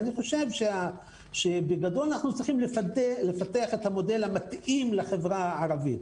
אני חושב שאנחנו צריכים לפתח את המודל המתאים לחברה הערבית.